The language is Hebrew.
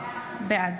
בעד